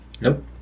Nope